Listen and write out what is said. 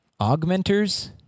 Augmenters